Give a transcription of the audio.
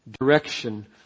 direction